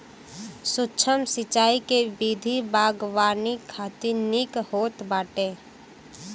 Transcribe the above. सूक्ष्म सिंचाई के विधि बागवानी खातिर निक होत बाटे